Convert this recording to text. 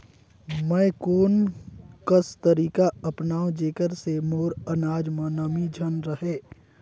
मैं कोन कस तरीका अपनाओं जेकर से मोर अनाज म नमी झन रहे?